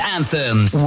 Anthems